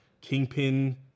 Kingpin